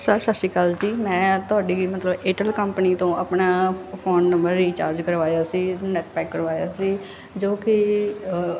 sir ਸਤਿ ਸ਼੍ਰੀ ਅਕਾਲ ਜੀ ਮੈਂ ਤੁਹਾਡੀ ਮਤਲਬ ਏਅਰਟੈੱਲ ਕੰਪਨੀ ਤੋਂ ਆਪਣਾ ਫ ਫੋਨ ਨੰਬਰ ਰੀਚਾਰਜ ਕਰਵਾਇਆ ਸੀ ਨੈਟ ਪੈਕ ਕਰਵਾਇਆ ਸੀ ਜੋ ਕਿ